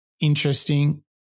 interesting